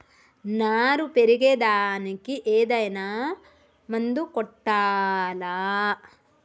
నారు పెరిగే దానికి ఏదైనా మందు కొట్టాలా?